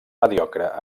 mediocre